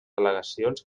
al·legacions